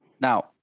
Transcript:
Now